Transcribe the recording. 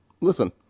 Listen